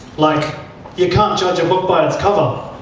like you can't judge a book by its cover.